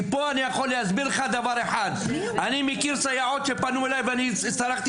כי אני מכיר סייעות שפנו אליי והצטרכתי